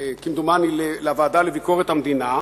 כמדומני, לוועדה לביקורת המדינה.